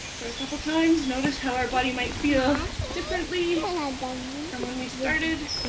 for a couple of times. notice how our body might feel differently from when we started.